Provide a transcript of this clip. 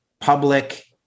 Public